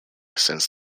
since